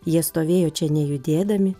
jie stovėjo čia nejudėdami